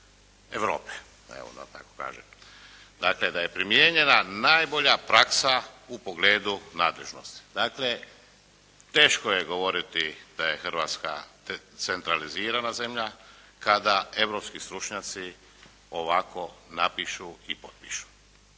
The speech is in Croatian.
Europe, da tako kažem. Dakle, da je primijenjena najbolja praksa u pogledu nadležnosti. Dakle, teško je govoriti da je Hrvatska centralizirana zemlja kada europski stručnjaci ovako napišu i potpišu.